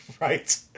Right